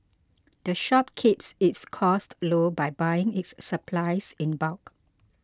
the shop keeps its costs low by buying its supplies in bulk